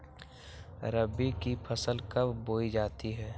रबी की फसल कब बोई जाती है?